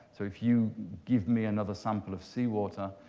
so if you give me another sample of sea water,